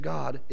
God